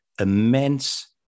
immense